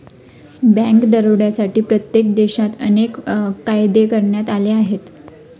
bank दरोड्यांसाठी प्रत्येक देशात अनेक कायदे करण्यात आले आहेत